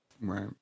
right